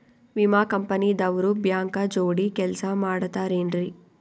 ವಿಮಾ ಕಂಪನಿ ದವ್ರು ಬ್ಯಾಂಕ ಜೋಡಿ ಕೆಲ್ಸ ಮಾಡತಾರೆನ್ರಿ?